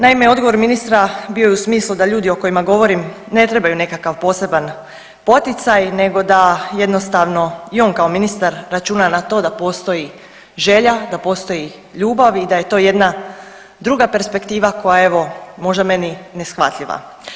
Naime, odgovor ministra bio je u smislu da ljudi o kojima govorim ne trebaju nekakav poseban poticaj nego da jednostavno i on kao ministar računa na to da postoji želja, da postoji ljubav i da je to jedna druga perspektiva koja evo možda meni neshvatljiva.